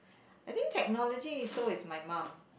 I think technology is so it's my mum